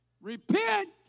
repent